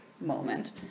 moment